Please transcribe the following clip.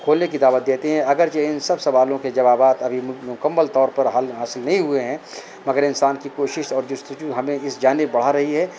کھولنے کی دعوت دیتے ہیں اگر جو ان سب سوالوں کے جوابات ابھی مکمل طور پر حل حاصل نہیں ہوئے ہیں مگر انسان کی کوشش اور جستجو ہمیں اس جانب بڑھا رہی ہے